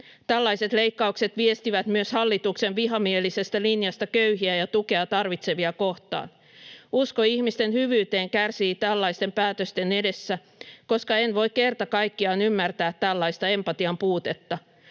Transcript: Tällaiset leikkaukset viestivät myös hallituksen vihamielisestä linjasta köyhiä ja tukea tarvitsevia kohtaan. Usko ihmisten hyvyyteen kärsii tällaisten päätösten edessä, koska en voi kerta kaikkiaan ymmärtää tällaista empatian puutetta.